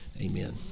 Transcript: Amen